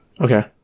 Okay